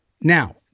now